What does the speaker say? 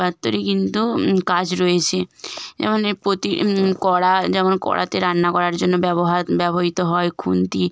পাত্ররই কিন্তু কাজ রয়েছে যেমন এ প্রতি কড়া যেমন কড়াতে রান্না করার জন্য ব্যবহার ব্যবহৃত হয় খুন্তি